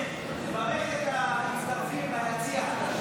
תברך את המצטרפים ביציע.